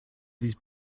these